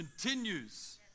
continues